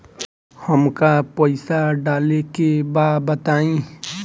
हमका पइसा डाले के बा बताई